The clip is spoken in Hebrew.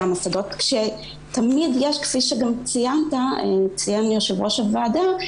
המוסדות וכפי שציין יושב-ראש הוועדה,